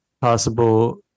possible